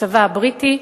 הצבא הבריטי.